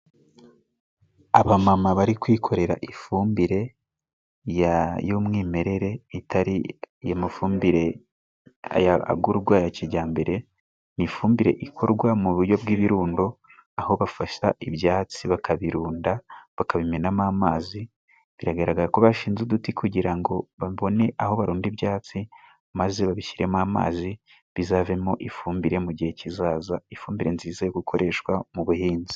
Abamama bari kwikorera ifumbire y'umwimerere itari amafumbire aya agurwa ya kijyambere, ni ifumbire ikorwa mu buryo bw'ibirundo aho bafashe ibyatsi bakabirunda bakabimenamo amazi. Biragaragara ko bashinze uduti kugira ngo babone aho barunda ibyatsi maze babishyiremo amazi, bizavemo ifumbire mu gihe kizaza. Ifumbire nziza yo gukoreshwa mu buhinzi.